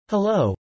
Hello